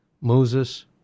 Moses